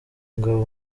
ingabo